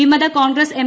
വിമത കോൺഗ്രസ് എം